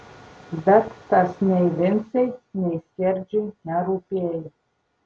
bet tas nei vincei nei skerdžiui nerūpėjo